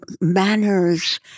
manners